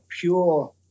pure